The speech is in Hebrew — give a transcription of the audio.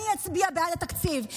אני אצביע בעד התקציב,